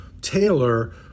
Taylor